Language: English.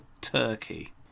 turkey